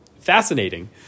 fascinating